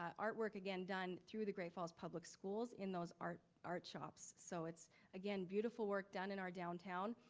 artwork, again done, through the great falls public schools in those art art shops. so it's again, beautiful work done in our downtown.